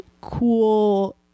cool